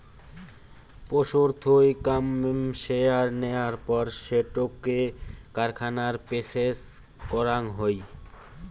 পশুর থুই কাশ্মেয়ার নেয়ার পর সেটোকে কারখানায় প্রসেস করাং হই